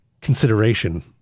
consideration